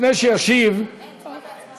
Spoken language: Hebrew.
לפני שישיב, לא, אין צורך.